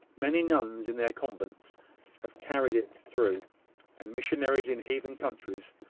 many nuns in their convents have carried it through and missionaries in heathen countries,